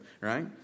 right